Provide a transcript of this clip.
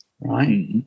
right